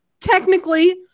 Technically